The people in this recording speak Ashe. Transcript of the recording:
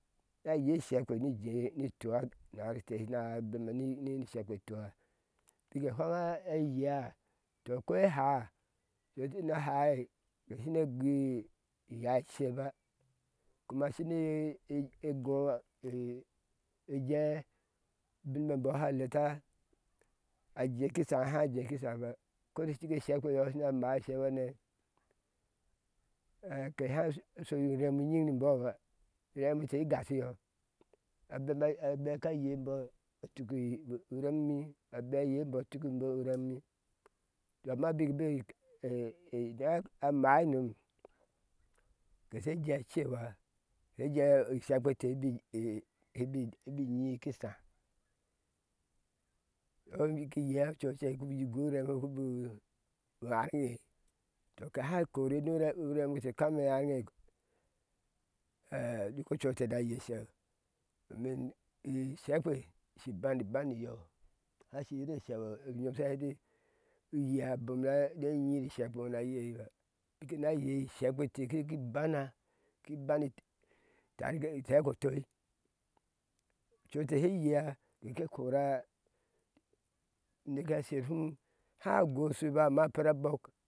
Na yei shekpe ni jee ni tua naharkete na bemi ni ishekpe tua bike efeŋ a eyea tɔ ko eháá keshina hai keshine gui iyáá ceba kuma shine gua ce ejee ubin mebɔ sha leta ajeeki sháa ko sháhába ko da shike ishekpeyɔ shi na mai ceŋ hane ha keha shii urɛm nyiŋ ni bɔba iremwɛte igashɔ abema a meka ye embɔ a tuki i rɛmi a bom ayee embɔ a tuki rɛmme amma bik be ce na mai nom keshe jee ccewa she jee ishekpee ibi ibi nyi ki sháá yɔ biki yea shocek biku guu rɛm nyom gubu arŋiye tɔ ke hai koriyi nu rɛm rɛmwete kame aɛŋiye ɛɛ duk ocu ete na yei sheu ni ishekpe shi bani ban niyɔ háá shiri e sheu onyom sha hɛti uyea a bom ne nyii shekpe ŋo na yeiba biki na yei shekpete kii bana ki bani tan ke tɛɛko toi co te she yea ke koora uneka sher hum háá gɔɔshui amma per. bɔɔk